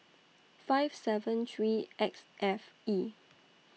five seven three X F E